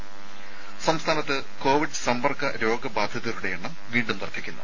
ത സംസ്ഥാനത്ത് കോവിഡ് സമ്പർക്ക രോഗബാധിതരുടെ എണ്ണം വീണ്ടും വർദ്ധിക്കുന്നു